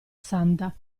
santa